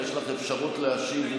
יש לך אפשרות להשיב,